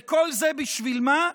וכל זה בשביל מה?